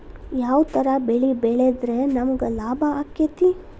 ಯಾವ ತರ ಬೆಳಿ ಬೆಳೆದ್ರ ನಮ್ಗ ಲಾಭ ಆಕ್ಕೆತಿ?